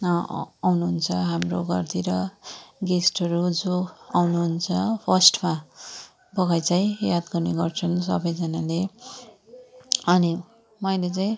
आउनु हुन्छ हाम्रो घर तिर गेस्टहरू जो आउनु हुन्छ फर्स्टमा बगैँचा याद गर्ने गर्छन् सबैजनाले अनि मैले चाहिँ